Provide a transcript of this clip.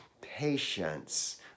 patience